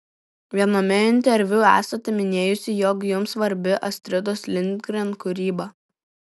viename interviu esate minėjusi jog jums svarbi astridos lindgren kūryba